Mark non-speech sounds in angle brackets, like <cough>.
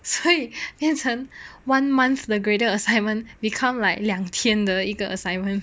<laughs> 所以变成 one month the graded assignment become like 两天的一个 assignment <laughs>